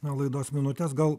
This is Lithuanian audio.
laidos minutes gal